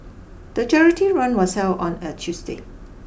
the charity run was held on a Tuesday